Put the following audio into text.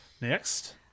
Next